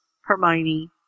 Hermione